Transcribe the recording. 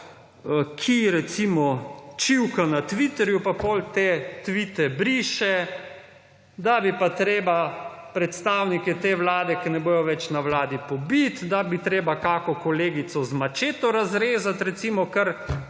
ki, recimo, čivka na Twitterju, pa potem te tvite briše, da bi bilo treba predstavnike te Vlade, ki ne bodo več na vladi, pobiti, da bi bilo treba kako kolegico z mačeto razrezati, recimo, kar